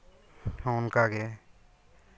ᱚᱱᱠᱟᱜᱮ